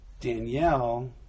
Danielle